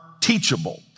teachable